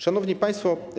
Szanowni Państwo!